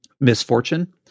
misfortune